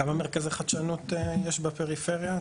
כמה מרכזי חדשנות יש בפריפריה?